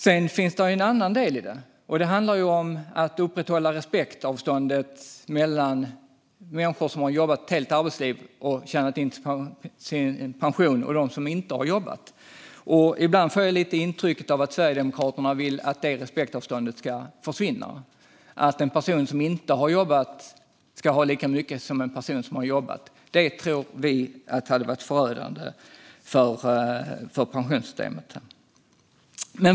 Sedan finns en annan del i detta, nämligen att upprätthålla respektavståndet mellan människor som har jobbat ett helt arbetsliv och tjänat in till sin pension och dem som inte har jobbat. Ibland får jag intrycket att Sverigedemokraterna vill att det respektavståndet ska försvinna, det vill säga att en person som inte har jobbat ska ha lika mycket som en person som har jobbat. Det hade varit förödande för pensionssystemet.